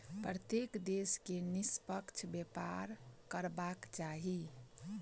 प्रत्येक देश के निष्पक्ष व्यापार करबाक चाही